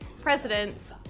presidents